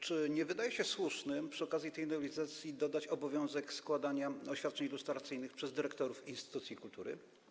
Czy nie wydaje się słuszne, by przy okazji tej nowelizacji dodać obowiązek składania oświadczeń lustracyjnych przez dyrektorów instytucji kultury?